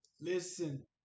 Listen